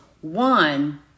One